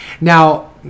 now